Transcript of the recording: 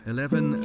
Eleven